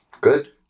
Good